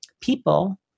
people